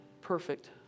Perfect